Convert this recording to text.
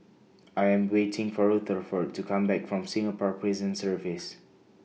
I Am waiting For Rutherford to Come Back from Singapore Prison Service